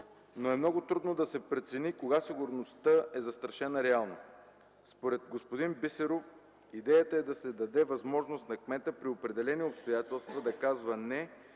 но е много трудно да се прецени кога сигурността е застрашена реално. Според господин Бисеров идеята е да се даде възможност на кмета при определени обстоятелства да казва „не”